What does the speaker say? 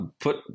put